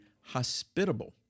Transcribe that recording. hospitable